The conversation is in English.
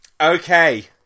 Okay